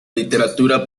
literatura